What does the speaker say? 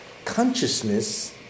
consciousness